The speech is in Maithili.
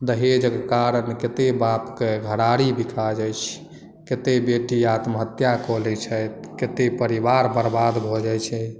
दहेजक कारण कतेक बाप के घरारी बिका जाइत छै कते बेटी आत्महत्या कऽ लै छथि कते परिवार बर्बाद भऽ जाइत छै